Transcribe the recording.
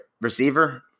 receiver